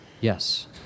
Yes